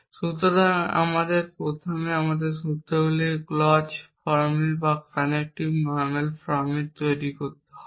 সুতরাং আমাদের প্রথমে আপনার সূত্রগুলিকে ক্লজ ফর্মে বা কনজেক্টিভ নরমাল ফর্মে তৈরি করতে হবে